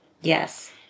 Yes